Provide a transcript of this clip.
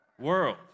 world